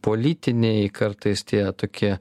politiniai kartais tie tokie